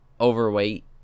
overweight